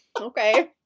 Okay